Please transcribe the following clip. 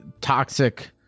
toxic